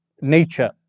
nature